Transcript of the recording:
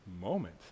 moment